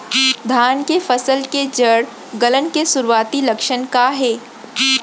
धान के फसल के जड़ गलन के शुरुआती लक्षण का हे?